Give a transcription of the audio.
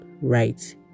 right